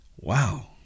wow